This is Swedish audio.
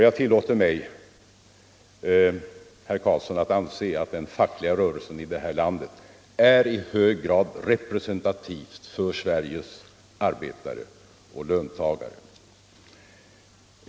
Jag tillåter mig, herr Carlsson, att anse att den fackliga rörelsen i det här landet är i hög grad representativ för Sveriges arbetare och löntagare.